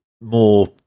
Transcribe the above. more